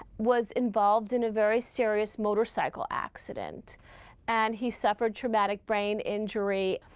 was involved in a very serious motorcycle accident and he suffered traumatic brain injury,